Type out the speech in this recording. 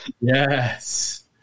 Yes